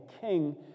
king